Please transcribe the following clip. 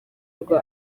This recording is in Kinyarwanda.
rwa